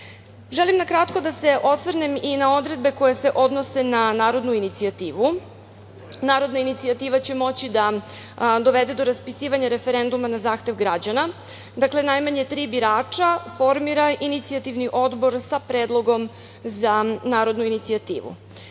jača. Želim na kratko da se osvrnem i na odredbe koje se odnose na narodnu inicijativu. Narodna inicijativa će moći da dovede do raspisivanja referenduma na zahtev građana. Dakle, najmanje tri birača formira inicijativni odbor sa predlogom za narodnu inicijativu. Pre